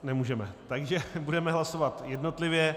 Nemůžeme, takže budeme hlasovat jednotlivě.